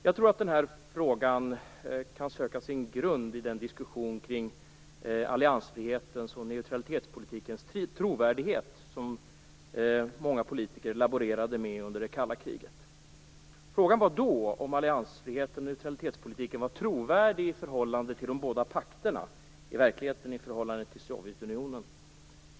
Jag tror att den här frågan kan söka sin grund i den diskussion kring alliansfrihetens och neutralitetspolitikens trovärdighet som många politiker laborerade med under det kalla kriget. Frågan gällde då om alliansfriheten och neutralitetspolitiken var trovärdiga i förhållande till de båda pakterna - i verkligheten avsågs förhållandet till Sovjetunionen.